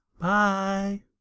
Bye